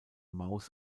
maus